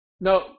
No